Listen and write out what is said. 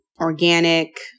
organic